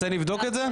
אתה רוצה נבדוק את זה?